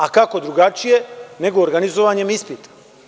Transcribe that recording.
A kako drugačije, nego organizovanjem ispita.